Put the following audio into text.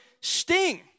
sting